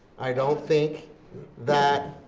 i don't think that,